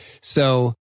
So-